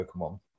Pokemon